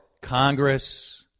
Congress